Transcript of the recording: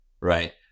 Right